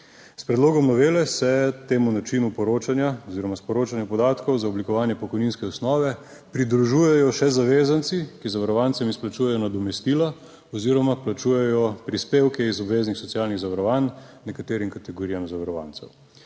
S predlogom novele se temu načinu poročanja oziroma sporočanje podatkov za oblikovanje pokojninske osnove pridružujejo še zavezanci, ki zavarovancem izplačujejo nadomestilo oziroma plačujejo prispevke iz obveznih socialnih zavarovanj nekaterim kategorijam zavarovancev.